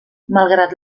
malgrat